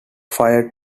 fired